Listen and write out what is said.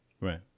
Right